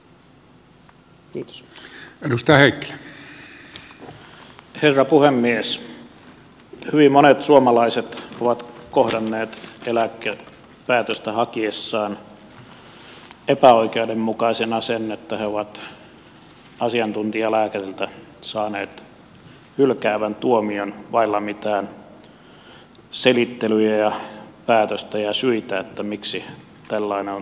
hyvin monet suomalaiset ovat kohdanneet eläkepäätöstä hakiessaan epäoikeudenmukaisena sen että he ovat asiantuntijalääkäriltä saaneet hylkäävän tuomion vailla mitään selittelyjä ja päätöstä ja syitä miksi tällainen on tapahtunut